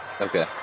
Okay